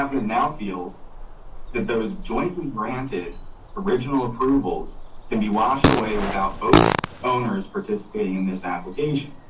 ah now feels that there was jointly granted original approvals can be washed away without both owners participating in this application.